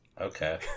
okay